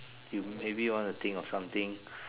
you maybe want to think of something